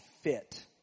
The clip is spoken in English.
fit